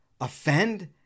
offend